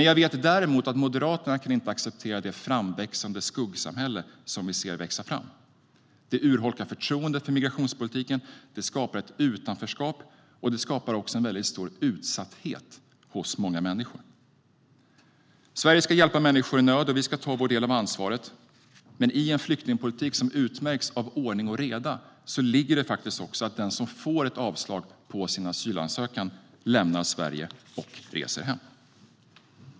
Jag vet däremot att Moderaterna inte kan acceptera det skuggsamhälle som vi ser växa fram. Det urholkar förtroendet för migrationspolitiken, det skapar ett utanförskap och det skapar också en väldigt stor utsatthet för många människor. Sverige ska hjälpa människor i nöd, och vi ska ta vår del av ansvaret. Men i en flyktingpolitik som utmärks av ordning och reda ligger också att den som får ett avslag på sin asylansökan lämnar Sverige och reser hem.